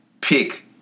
pick